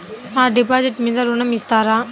నా డిపాజిట్ మీద ఋణం ఇస్తారా?